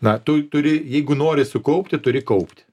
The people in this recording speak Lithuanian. na tu turi jeigu nori sukaupti turi kaupti